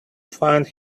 find